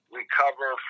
recover